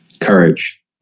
courage